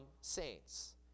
saints